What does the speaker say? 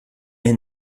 est